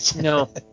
No